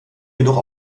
jedoch